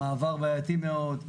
מעבר בעייתי מאוד.